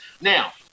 now